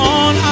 on